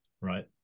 right